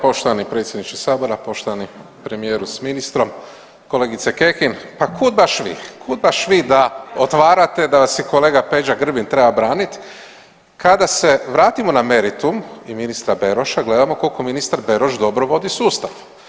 Poštovani predsjedniče sabora, poštovani premijeru s ministrom, kolegice Kekin pa kud baš vi, kud baš vi da otvarate da vas je kolega Peđa Grbin treba braniti, kada se vratimo na meritum i ministra Beroša gledamo koliko ministar Beroš dobro vodi sustav.